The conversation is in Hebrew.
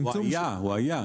הוא היה.